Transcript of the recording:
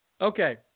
okay